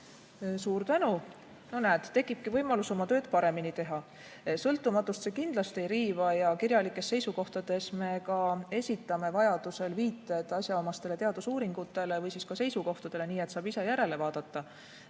No näed, tekibki võimalus oma tööd paremini teha. Sõltumatust see kindlasti ei riiva ja kirjalikes seisukohtades me ka esitame vajadusel viited asjaomastele teadusuuringutele või seisukohtadele, nii et saab ise järele vaadata.